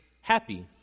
happy